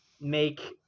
make